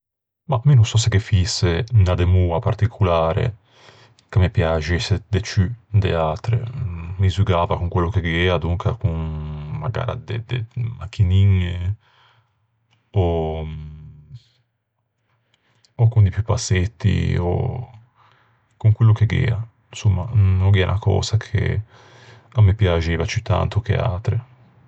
Mah, mi no sò se ghe fïse unna demoa particolare ch'a me piaxesse de ciù de atre. Mi zugava con quello che gh'ea, donca con... magara de machiniñe ò-ò con di pupassetti ò con quello che gh'ea, insomma. No gh'ea unna cösa ch'a me piaxeiva ciù tanto che e atre.